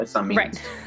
right